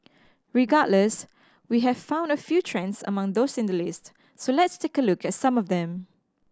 regardless we have found a few trends among those in the list so let's take a look at some of them